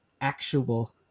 actual